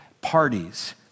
parties